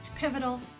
pivotal